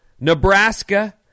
Nebraska